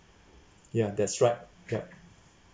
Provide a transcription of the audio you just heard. ya that's right yup